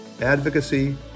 advocacy